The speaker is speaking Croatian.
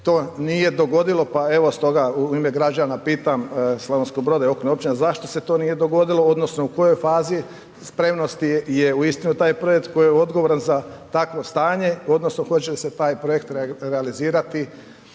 to nije dogodilo, pa evo stoga u ime građana pitam, Slavonskog Broda i okolnih općina, zašto se to nije dogodilo odnosno u kojoj fazi spremnosti je uistinu taj projekt koji je odgovoran za takvo stanje odnosno hoće li se taj projekt realizirati